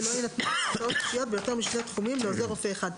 ולא יינתנו הרשאות אישיות ביותר משני תחומים לעוזר רופא אחד.